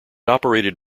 operated